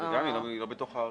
היא לא בתוך הערים.